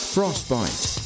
Frostbite